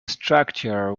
structure